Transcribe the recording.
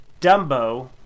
Dumbo